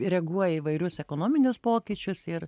reaguoja į įvairius ekonominius pokyčius ir